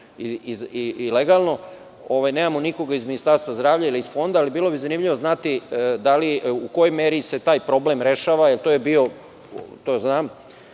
i legalno. Nemamo nikoga iz Ministarstva zdravlja ili iz fonda, ali bilo bi zanimljivo znati da li i u kojoj meri se taj problem rešava, jer to je bio, a to znam